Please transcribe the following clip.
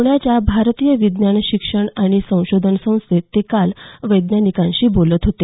पुण्याच्या भारतीय विज्ञान शिक्षण आणि संशोधन संस्थेत काल ते वैज्ञानिकांशी बोलत हेते